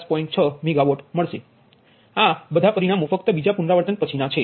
6 megawatt આ બધા પરિણામો ફક્ત બીજા પુનરાવર્તન પછીનાં છે